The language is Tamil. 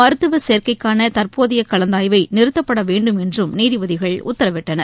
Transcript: மருத்துவசேர்க்கைக்கானதற்போதையகலந்தாய்வைநிறுத்தப்படவேண்டும் என்றம் நீதிபதிகள் உத்தரவிட்டனர்